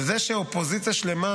אבל זה שאופוזיציה שלמה,